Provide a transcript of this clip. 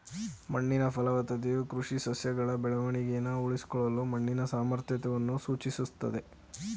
ಮಣ್ಣಿನ ಫಲವತ್ತತೆಯು ಕೃಷಿ ಸಸ್ಯಗಳ ಬೆಳವಣಿಗೆನ ಉಳಿಸ್ಕೊಳ್ಳಲು ಮಣ್ಣಿನ ಸಾಮರ್ಥ್ಯವನ್ನು ಸೂಚಿಸ್ತದೆ